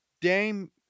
Dame